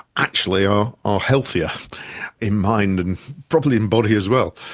actually are are healthier in mind and probably in body as well.